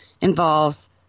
involves